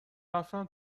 رفتن